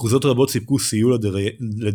אחוזות רבות סיפקו סיוע לדייריהם,